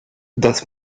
dass